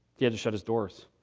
he had to shut his doors.